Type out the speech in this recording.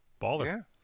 Baller